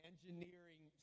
engineering